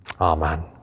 Amen